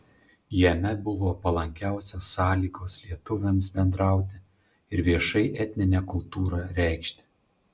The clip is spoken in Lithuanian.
jame buvo palankiausios sąlygos lietuviams bendrauti ir viešai etninę kultūrą reikšti